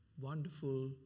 Wonderful